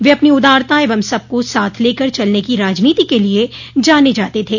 वे अपनी उदारता एवं सबको साथ लेकर चलने की राजनीति के लिए जाने जाते थे